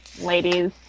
ladies